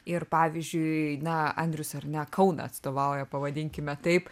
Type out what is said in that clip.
ir pavyzdžiui na andrius ar ne kauną atstovauja pavadinkime taip